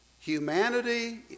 Humanity